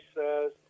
says